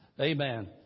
Amen